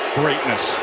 greatness